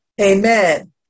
amen